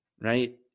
right